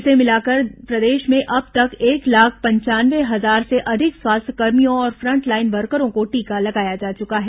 इसे मिलाकर प्रदेश में अब तक एक लाख पंचानवे हजार से अधिक स्वास्थ्य कर्मियों और फंटलाइन वर्करों को टीका लगाया जा चुका है